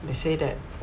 they say that